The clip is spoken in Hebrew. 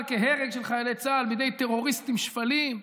כהרג של חיילי צה"ל בידי טרוריסטים שפלים.